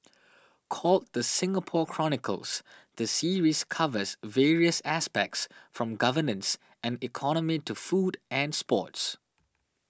called the Singapore Chronicles the series covers various aspects from governance and economy to food and sports